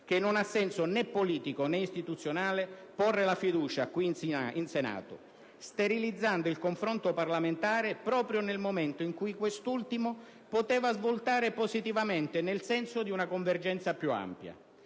che non ha senso né politico né istituzionale porre la fiducia qui in Senato sterilizzando il confronto parlamentare proprio nel momento in cui quest'ultimo poteva svoltare positivamente nel senso di una convergenza più ampia.